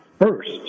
first